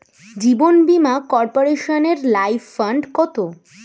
জীবন বীমা কর্পোরেশনের life fund কত?